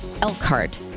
Elkhart